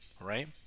right